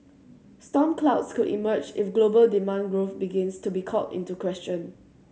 storm clouds could emerge if global demand growth begins to be called into question